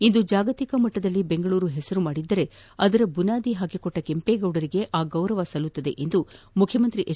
ಇಂದು ಜಾಗತಿಕ ಮಟ್ಟದಲ್ಲಿ ಬೆಂಗಳೂರು ಹೆಸರು ಮಾಡಿದ್ದರೆ ಅದರ ಬುನಾದಿ ಹಾಕಿಕೊಟ್ಟ ಕೆಂಪೇಗೌಡರಿಗೆ ಆ ಗೌರವ ಸಲ್ಲಬೇಕು ಎಂದು ಮುಖ್ಯಮಂತ್ರಿ ಎಚ್